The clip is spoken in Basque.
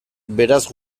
beraz